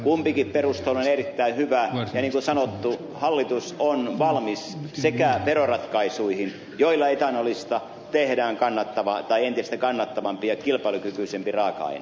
kumpikin perustelu on erittäin hyvä ja niin kuin sanottu hallitus on valmis veroratkaisuihin joilla etanolista tehdään kannattava tai entistä kannattavampi ja kilpailukykyisempi raaka aine